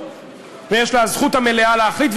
ויש לה הזכות המלאה להחליט,